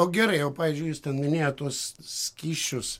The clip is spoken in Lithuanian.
o gerai o pavyzdžiui jūs ten minėjot tuos skysčius